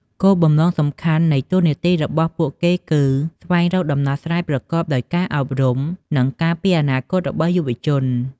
គោលបំណងសំខាន់នៃតួនាទីរបស់ពួកគេគឺ ស្វែងរកដំណោះស្រាយប្រកបដោយការអប់រំ និងការពារអនាគតរបស់យុវជន។